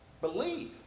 believe